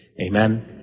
Amen